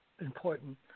important